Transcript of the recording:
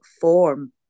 form